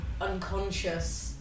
unconscious